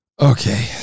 Okay